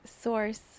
Source